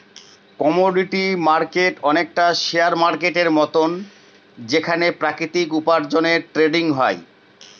commodity market অনেকটা share মার্কেটের মতন যেখানে প্রাকৃতিক উপার্জনের ট্রেডিং হয়